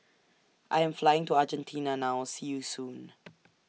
I Am Flying to Argentina now See YOU Soon